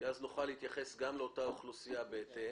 כי אז נוכל להתייחס גם לאותה אוכלוסייה בהתאם,